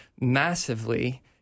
massively